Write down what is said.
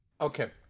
okay